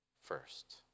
first